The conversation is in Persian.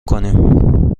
کنیم